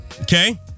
okay